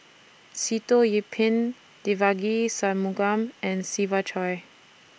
Sitoh Yih Pin Devagi Sanmugam and Siva Choy